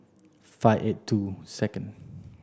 five eight two second